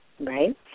right